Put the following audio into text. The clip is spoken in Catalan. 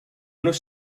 nos